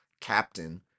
captain